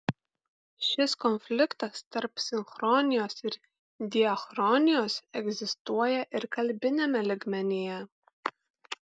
šis konfliktas tarp sinchronijos ir diachronijos egzistuoja ir kalbiniame lygmenyje